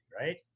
right